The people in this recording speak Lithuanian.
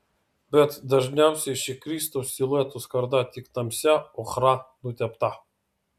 bet dažniausiai ši kristaus silueto skarda tik tamsia ochra nutepta